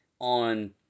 on